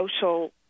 social